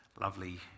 lovely